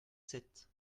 sept